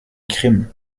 crime